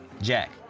Jack